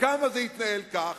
כמה זה התנהל כך,